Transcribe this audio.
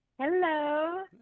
hello